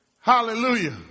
Hallelujah